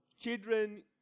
children